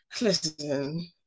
Listen